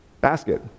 basket